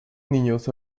niños